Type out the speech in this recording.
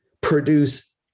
produce